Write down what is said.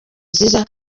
nziza